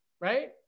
Right